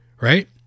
right